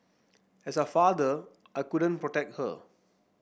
as a father I couldn't protect her